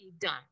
done